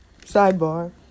sidebar